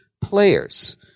Players